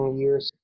years